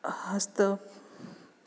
हस्तः